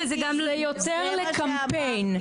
זה יותר לקמפיין,